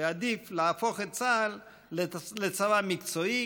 ועדיף להפוך את צה"ל לצבא מקצועי,